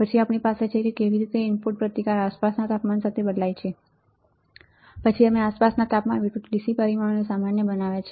પછી આપણી પાસે છે કે કેવી રીતે ઇનપુટ પ્રતિકાર આસપાસના તાપમાન સાથે બદલાય છે પછી અમે આસપાસના તાપમાન વિરુદ્ધ dc પરિમાણોને સામાન્ય બનાવ્યા છે